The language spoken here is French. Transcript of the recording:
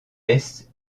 est